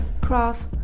craft